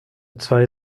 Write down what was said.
zwei